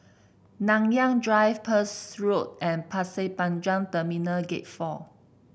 Nanyang Drive Peirce Road and Pasir Panjang Terminal Gate Four